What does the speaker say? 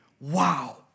Wow